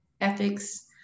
ethics